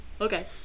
okay